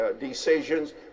decisions